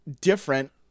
different